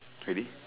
pretty